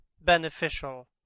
beneficial